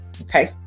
Okay